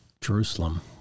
Jerusalem